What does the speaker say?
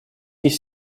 есть